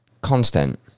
constant